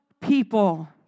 people